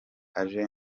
aje